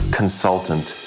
consultant